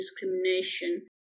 discrimination